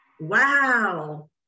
Wow